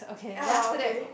ya okay